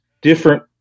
different